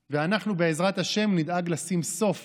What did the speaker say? ואנחנו, בעזרת השם, נדע לשים סוף